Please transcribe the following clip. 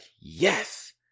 yes